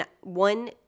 one